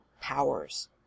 powers